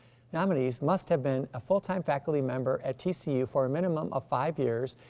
nominees must have been a full-time faculty member at tcu for a minimum of five years,